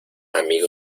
amigo